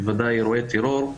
בוודאי אירועי טרור,